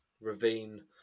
ravine